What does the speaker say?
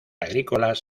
agrícolas